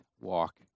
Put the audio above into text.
walk